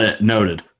noted